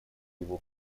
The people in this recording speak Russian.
его